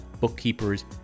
bookkeepers